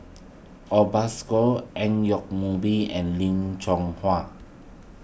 Obascore Ang Yoke Mooi and Lim Chong